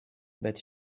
but